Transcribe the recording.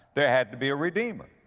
there had to be a redeemer.